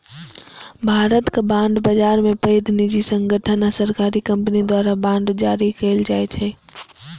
भारतक बांड बाजार मे पैघ निजी संगठन आ सरकारी कंपनी द्वारा बांड जारी कैल जाइ छै